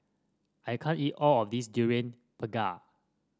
I can't eat all of this Durian Pengat